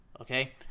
Okay